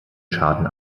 schaden